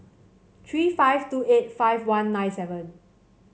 three five two eight five one nine seven